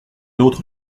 autre